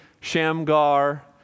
Shamgar